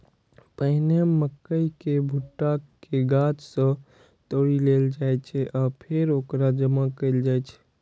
पहिने मकइ केर भुट्टा कें गाछ सं तोड़ि लेल जाइ छै आ फेर ओकरा जमा कैल जाइ छै